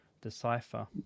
decipher